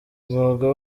umwuga